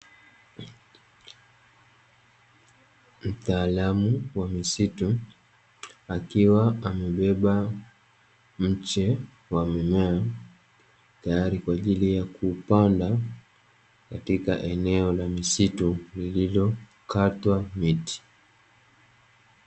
Mtaalamu wa misitu akiwa amebeba mche wa mme,a Tayari kwa ajili ya kupanda katika eneo la misitu lililokatwa miti.